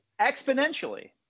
Exponentially